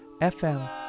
fm